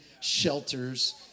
shelters